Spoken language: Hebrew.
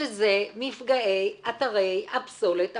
שזה נפגעי אתרי הפסולת הפירטית.